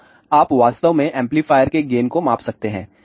तो आप वास्तव में एम्पलीफायर के गेन को माप सकते हैं